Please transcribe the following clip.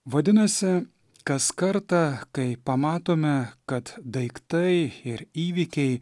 vadinasi kas kartą kai pamatome kad daiktai ir įvykiai